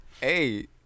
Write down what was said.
Hey